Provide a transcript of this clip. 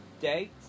date